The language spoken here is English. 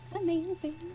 Amazing